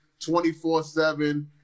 24/7